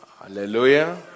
Hallelujah